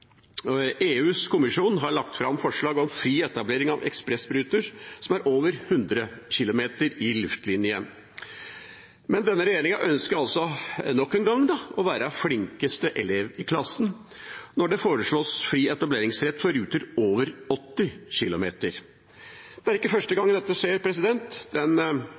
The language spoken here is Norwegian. har lagt fram forslag om fri etablering av ekspressruter som er over 100 km i luftlinje. Denne regjeringa ønsker nok en gang å være flinkeste elev i klassen når det foreslås fri etableringsrett for ruter over 80 km. Det er ikke første gang dette skjer. Den